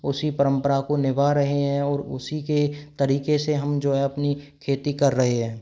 उसी परंपरा को निभा रहे हैं और उसी के तरीके से हम जो हैं अपनी खेती कर रहे हैं